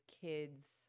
kids